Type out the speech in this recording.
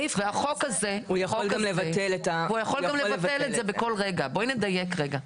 הוא יכול גם לבטל את זה בכל רגע, בואי נדייק רגע.